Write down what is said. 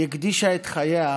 שהקדישה את חייה